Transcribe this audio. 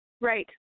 Right